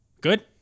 Good